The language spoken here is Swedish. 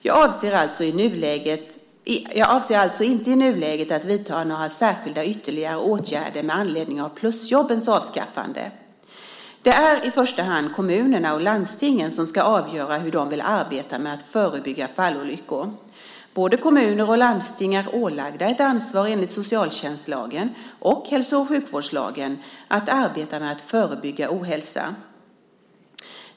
Jag avser alltså inte i nuläget att vidta några särskilda ytterligare åtgärder med anledning av plusjobbens avskaffande. Det är i första hand kommunerna och landstingen som ska avgöra hur de vill arbeta med att förebygga fallolyckor. Både kommuner och landsting är ålagda ett ansvar enligt socialtjänstlagen och hälso och sjukvårdslagen för att arbeta med att förebygga ohälsa.